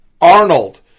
Arnold